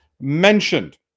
mentioned